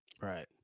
Right